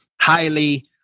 highly